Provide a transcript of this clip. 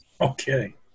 Okay